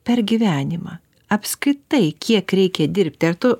per gyvenimą apskritai kiek reikia dirbti ar tu